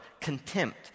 contempt